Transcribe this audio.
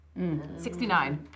69